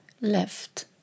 left